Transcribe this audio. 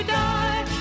die